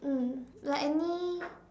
mm like any